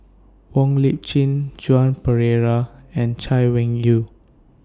Wong Lip Chin Joan Pereira and Chay Weng Yew